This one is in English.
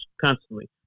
constantly